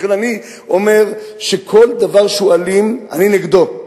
לכן אני אומר שכל דבר שהוא אלים אני נגדו,